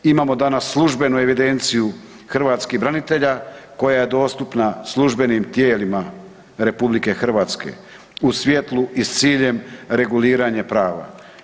Imamo danas službenu evidenciju hrvatskih branitelja koja je dostupna službenim tijelima RH u svjetlu i s ciljem reguliranja prava.